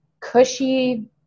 cushy